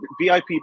VIP